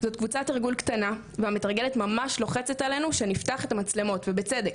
זאת קבוצת תרגול קטנה והמתרגלת ממש לוחצת עלינו שנפתח את המצלמות ובצדק.